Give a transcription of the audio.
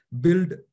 build